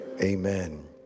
Amen